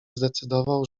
zdecydował